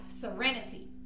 serenity